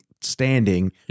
standing